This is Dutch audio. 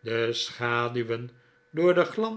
de schaduwen door de glans